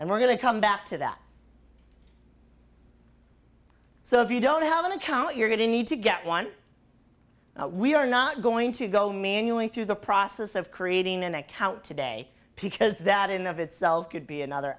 and we're going to come back to that so if you don't have an account you're going to need to get one we are not going to go manually through the process of creating an account today because that in of itself could be another